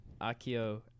Akio